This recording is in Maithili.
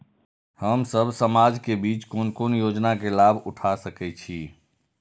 हम सब समाज के बीच कोन कोन योजना के लाभ उठा सके छी?